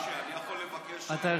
אני יכול לבקש, אתה צריך